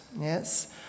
Yes